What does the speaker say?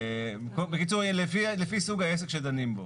בקיצור, לפי סוג העסק שדנים בו.